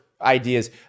ideas